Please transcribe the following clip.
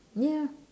ya